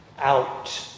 out